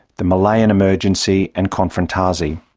the malayan emergency and konfrontasi.